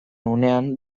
unean